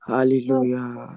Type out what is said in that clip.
Hallelujah